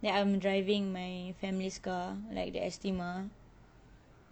that I'm driving in my family's car like the estima